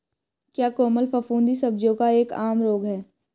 क्या कोमल फफूंदी सब्जियों का एक आम रोग है?